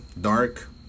dark